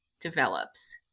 develops